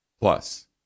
Plus